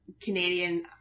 Canadian